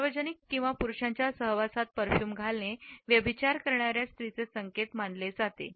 सार्वजनिक किंवा पुरुषांच्या सहवासात परफ्यूम घालणे व्यभिचार करणार्या स्त्रीचे संकेत मानले जाते